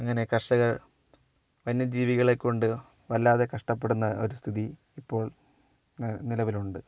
അങ്ങനെ കർഷകർ വന്യജീവികളെ കൊണ്ട് വല്ലാതെ കഷ്ട്ടപ്പെടുന്ന ഒരു സ്ഥിതി ഇപ്പോൾ നിലവിലുണ്ട്